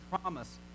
promise